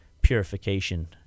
purification